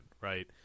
right